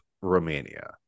Romania